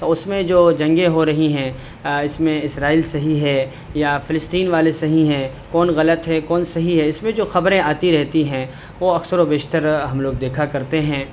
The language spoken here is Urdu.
تو اس میں جنگیں ہو رہی ہیں اس میں اسرائیل صحیح ہے یا فلسطین والے صحیح ہیں کون غلط ہے کون صحیح ہے اس میں جو خبریں آتی رہتی ہیں وہ اکثر و بیشتر ہم لوگ دیکھا کرتے ہیں